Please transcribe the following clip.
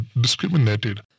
discriminated